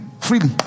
Freely